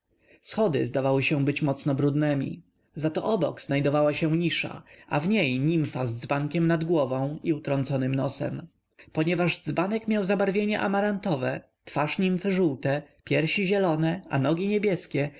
schody zdawały się być mocno brudnemi zato obok znajdowała się nisza a w niej nimfa z dzbankiem nad głową i utrąconym nosem ponieważ dzbanek miał zabarwienie amarantowe twarz nimfy żółte piersi zielone a nogi niebieskie